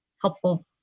helpful